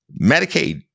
Medicaid